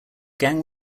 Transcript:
gang